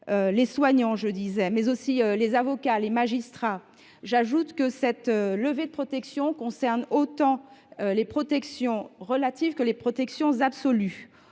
les soignants, mais aussi les avocats, les magistrats. J’ajoute que cette levée de protection concerne autant les protections relatives que les protections absolues.